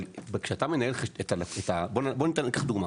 אבל בוא ניקח דוגמה